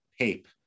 Pape